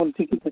ᱚᱞᱪᱤᱠᱤ ᱛᱮ